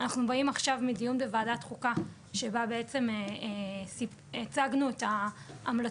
אנחנו באים עכשיו מדיון בוועדת חוקה שבו בעצם הצגנו את ההמלצות